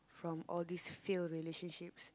from all these fail relationships